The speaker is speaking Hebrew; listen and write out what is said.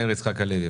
מאיר יצחק הלוי.